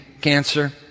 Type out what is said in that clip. cancer